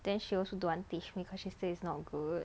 then she also don't want teach me because she say is not good